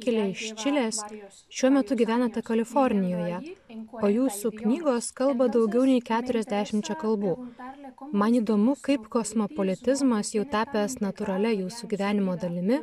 kilę iš čilės šiuo metu gyvenate kalifornijoje o jūsų knygos kalba daugiau nei keturiasdešimčia kalbų man įdomu kaip kosmopolitizmas jau tapęs natūralia jūsų gyvenimo dalimi